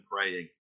praying